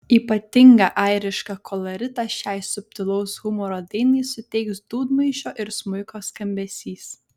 ypatingą airišką koloritą šiai subtilaus humoro dainai suteiks dūdmaišio ir smuiko skambesys